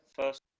first